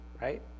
right